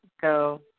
go